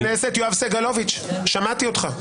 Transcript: חבר הכנסת יואב סגלוביץ', שמעתי אותך.